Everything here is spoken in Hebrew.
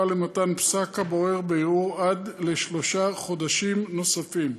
למתן פסק הבורר בערעור עד לשלושה חודשים נוספים.